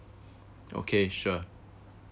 okay sure